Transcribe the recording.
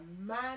man